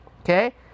okay